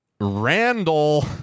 Randall